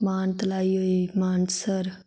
मानतलाई होई मानसर